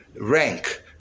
rank